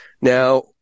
Now